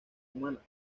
humana